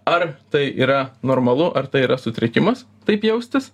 ar tai yra normalu ar tai yra sutrikimas taip jaustis